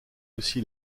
aussi